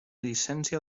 llicència